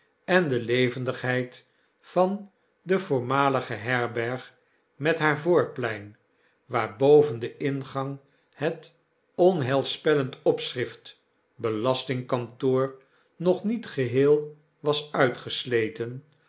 en de levendigheid van de voormalige herberg met haar voorplein waar boven den inganghetonheilspellend opschrift belastingkantoor nog niet geheel was uitgesleten